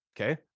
okay